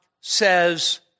says